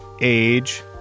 age